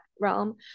realm